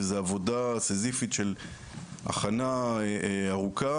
וזה עבודה סיזיפית של הכנה ארוכה